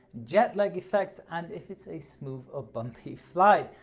jet-lag effects and if it's a smooth or bumpy flight.